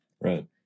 Right